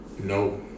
No